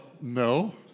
no